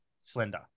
slender